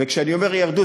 וכשאני אומר "ירדו",